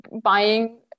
buying